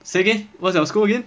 say again what's your school again